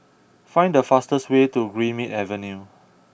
find the fastest way to Greenmead Avenue